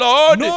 Lord